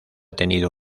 tenido